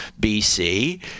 BC